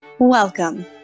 Welcome